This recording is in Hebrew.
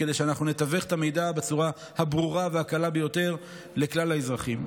כדי שאנחנו נתווך את המידע בצורה הברורה והקלה ביותר לכלל האזרחים.